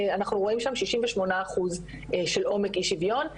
אנחנו רואים שם 68 אחוזים של עומק אי שוויון.